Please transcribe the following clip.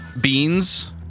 Beans